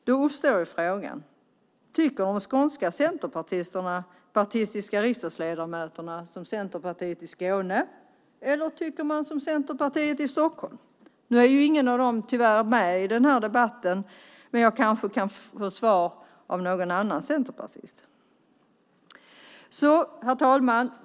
Då uppstår frågan: Tycker de skånska centerpartistiska riksdagsledamöterna som Centerpartiet i Skåne, eller tycker man som Centerpartiet i Stockholm? Nu är ingen av dessa tyvärr med i debatten, men jag kanske kan få svar av någon annan centerpartist. Herr talman!